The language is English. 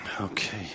Okay